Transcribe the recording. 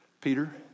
Peter